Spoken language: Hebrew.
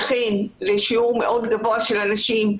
אכן זה שיעור מאוד גבוה של אנשים,